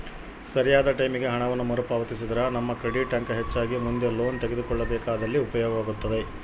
ಸರಿಯಾದ ಟೈಮಿಗೆ ಹಣವನ್ನು ಮರುಪಾವತಿಸಿದ್ರ ನಮ್ಮ ಕ್ರೆಡಿಟ್ ಅಂಕ ಹೆಚ್ಚಾಗಿ ಮುಂದೆ ಲೋನ್ ತೆಗೆದುಕೊಳ್ಳಬೇಕಾದಲ್ಲಿ ಉಪಯೋಗವಾಗುತ್ತದೆ